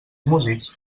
músics